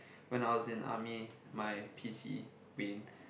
when I was in army my p_c win